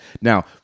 Now